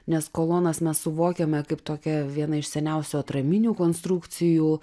nes kolonas mes suvokiame kaip tokia viena iš seniausių atraminių konstrukcijų